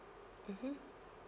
mmhmm